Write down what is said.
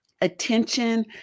attention